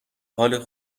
حال